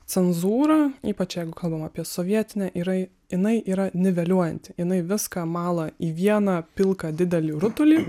cenzūra ypač jei kalbam apie sovietinę yra jinai yra niveliuojanti jinai viską mala į vieną pilką didelį rutulį